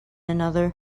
another